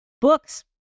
books